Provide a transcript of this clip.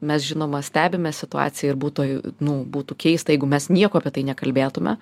mes žinoma stebime situaciją ir būtų nu būtų keista jeigu mes nieko apie tai nekalbėtume